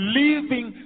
living